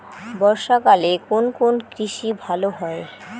বর্ষা কালে কোন কোন কৃষি ভালো হয়?